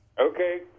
Okay